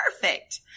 perfect